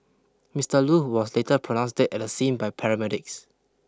Mister Loo was later pronounced dead at the scene by paramedics